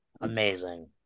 Amazing